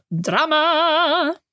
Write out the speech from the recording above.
drama